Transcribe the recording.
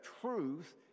truth